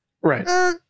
Right